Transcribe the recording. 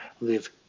live